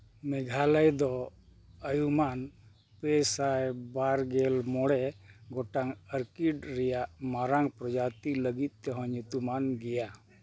ᱢᱮᱜᱷᱟᱞᱚᱭ ᱫᱚ ᱟᱭᱼᱩᱢᱟᱹᱱ ᱯᱮ ᱥᱟᱭ ᱵᱟᱨᱜᱮᱞ ᱢᱚᱬᱮ ᱜᱚᱴᱟᱝ ᱚᱨᱠᱤᱰ ᱨᱮᱭᱟᱜ ᱢᱟᱨᱟᱝ ᱯᱨᱚᱡᱟᱛᱤ ᱞᱟᱹᱜᱤᱫ ᱛᱮᱦᱚᱸ ᱧᱩᱛᱩᱢᱟᱱ ᱜᱮᱭᱟ